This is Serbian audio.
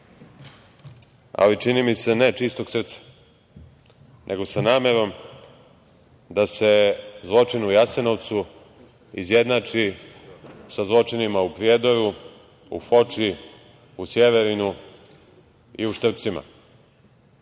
ali čini mi se ne čistog srca, nego sa namerom da se zločin u Jasenovcu izjednači sa zločinima u Prijedoru, u Foči, u Sjeverinu i u Štrpcima. Kao